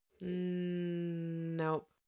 Nope